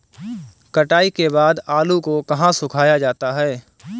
कटाई के बाद आलू को कहाँ सुखाया जाता है?